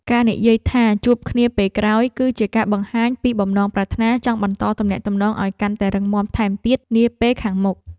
ការនិយាយថាជួបគ្នាពេលក្រោយគឺជាការបង្ហាញពីបំណងប្រាថ្នាចង់បន្តទំនាក់ទំនងឱ្យកាន់តែរឹងមាំថែមទៀតនាពេលខាងមុខ។